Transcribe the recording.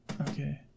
Okay